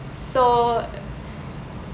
so